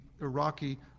Iraqi